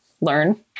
learn